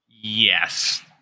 Yes